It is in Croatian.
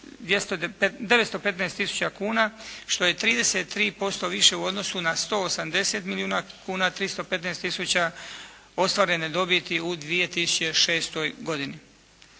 915 tisuća kuna što je 33% više u odnosu na 180 milijuna kuna 315 tisuća ostvarene dobiti u 2006. godini.